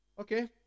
Okay